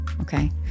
okay